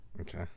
Okay